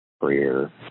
career